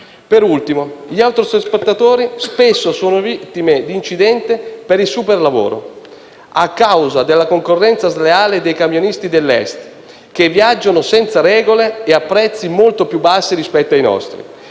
lavorativa; gli autotrasportatori spesso sono vittime di incidenti per il superlavoro, a causa della concorrenza sleale dei camionisti dell'Est che viaggiano senza regole e a prezzi molto più bassi rispetto ai nostri.